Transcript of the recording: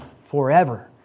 forever